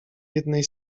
jednej